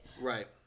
Right